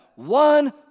one